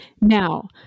Now